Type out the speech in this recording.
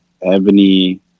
Ebony